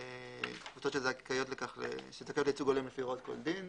לקבוצות שזכאיות לייצוג הולם לפי הוראות כל דין.